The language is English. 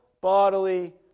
bodily